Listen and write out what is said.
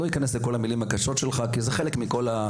אני לא אכנס לכל המילים הקשות שלך כי זה חלק מהתהליך,